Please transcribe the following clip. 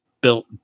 built